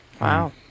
Wow